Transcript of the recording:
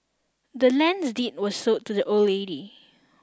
the land's deed was sold to the old lady